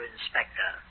Inspector